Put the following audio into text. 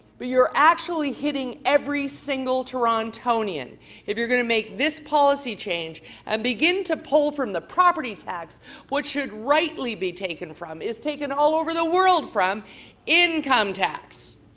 but you're actually hitting every single torontonian if you're going to make this policy change and begin to pull from the property tax what should rightly be taken from is taken all over the world from income tax.